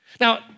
now